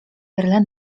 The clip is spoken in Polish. verlai